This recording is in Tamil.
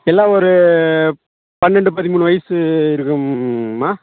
எல்லாம் ஒரு பன்னெண்டு பதிமூணு வயசு இருக்கும்மா